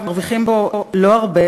מרוויחים בו לא הרבה,